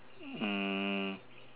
mm